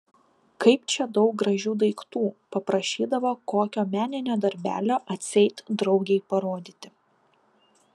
kaip čia daug gražių daiktų paprašydavo kokio meninio darbelio atseit draugei parodyti